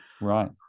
Right